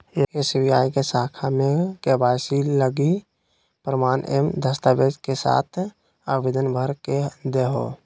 SBI के शाखा में के.वाई.सी लगी प्रमाण एवं दस्तावेज़ के साथ आवेदन भर के देहो